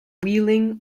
wheeling